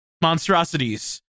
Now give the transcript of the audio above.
monstrosities